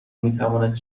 میتوانست